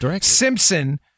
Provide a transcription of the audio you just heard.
Simpson